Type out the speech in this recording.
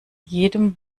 jedem